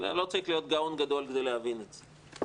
לא צריך להיות גאון גדול כדי להבין את זה,